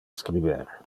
scriber